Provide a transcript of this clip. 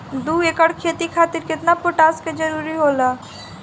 दु एकड़ खेती खातिर केतना पोटाश के जरूरी होला?